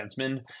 defenseman